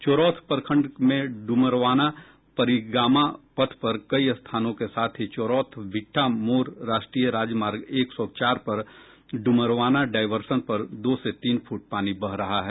चौरोथ प्रखंड में ड्मरवाना परिगामा पथ पर कई स्थानों के साथ ही चौरोथ भिट्टा मोड़ राष्ट्रीय राजमार्ग एक सौ चार पर ड्मरवाना डायवर्सन पर दो से तीन फूट पानी बह रहा है